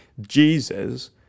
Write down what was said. Jesus